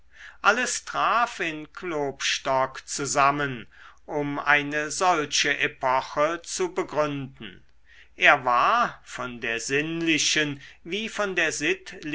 alles traf in klopstock zusammen um eine solche epoche zu begründen er war von der sinnlichen wie von der